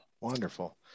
wonderful